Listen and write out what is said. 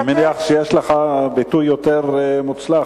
אני מניח שיש לך ביטוי יותר מוצלח,